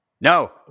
No